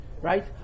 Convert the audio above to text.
Right